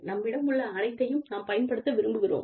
நம்மிடம் உள்ள அனைத்தையும் நாம் பயன்படுத்த விரும்புகிறோம்